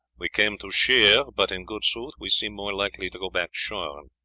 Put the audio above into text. we came to shear, but in good sooth we seem more likely to go back shorn.